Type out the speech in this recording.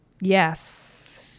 Yes